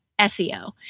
SEO